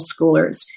schoolers